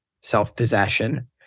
self-possession